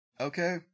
Okay